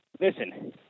Listen